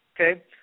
Okay